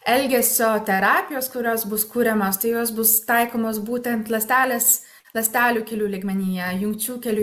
elgesio terapijos kurios bus kuriamos tai jos bus taikomos būtent ląstelės ląstelių kelių lygmenyje jungčių kelių